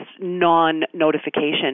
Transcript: non-notification